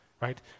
right